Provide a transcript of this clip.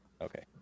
okay